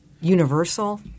universal